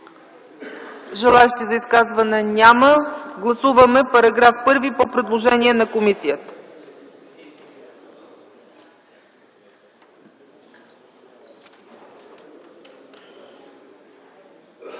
желаещи за изказване. Гласуваме § 1 по предложение на комисията.